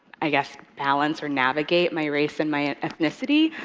i guess, balance or navigate my race and my ethnicity.